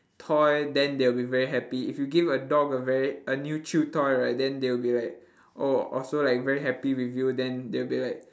toy then they will very happy if you give a dog a very a new chew toy right then they'll be like oh also like very happy with you then they will be like